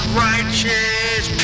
righteous